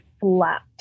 flat